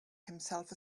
himself